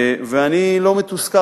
אני לא מתוסכל,